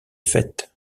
fêtes